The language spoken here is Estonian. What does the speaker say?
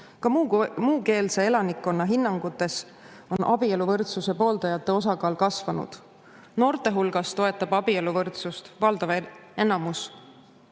Ka muukeelse elanikkonna hinnangutes on abieluvõrdsuse pooldajate osakaal kasvanud. Noorte hulgas toetab abieluvõrdsust valdav